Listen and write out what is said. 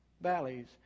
valleys